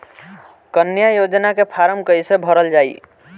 कन्या योजना के फारम् कैसे भरल जाई?